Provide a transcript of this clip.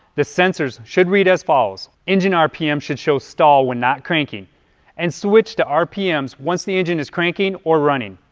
the sensors should read as follows. engine rpm should show stall when not cranking and switch to rpms once the engine is cranking or running.